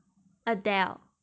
adele